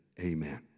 amen